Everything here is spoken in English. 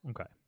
Okay